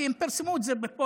כי הם פרסמו את זה בפוסטרים.